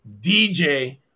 DJ